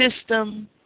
system